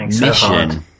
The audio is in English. mission